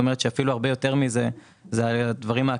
אם לוקחים את הדברים העקיפים,